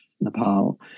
Nepal